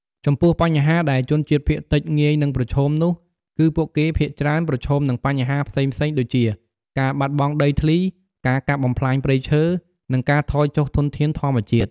ចំពោះបញ្ហាដែលជនជាតិភាគតិចងាយនឹងប្រឈមនោះ គឺពួកគេភាគច្រើនប្រឈមនឹងបញ្ហាផ្សេងៗដូចជា ការបាត់បង់ដីធ្លី ការកាប់បំផ្លាញព្រៃឈើ និងការថយចុះធនធានធម្មជាតិ។